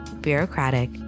Bureaucratic